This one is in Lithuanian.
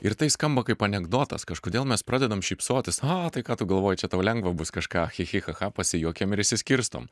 ir tai skamba kaip anekdotas kažkodėl mes pradedam šypsotis a tai ką tu galvoji čia tau lengva bus kažką chi chi cha cha pasijuokėm ir išsiskirstom